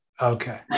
Okay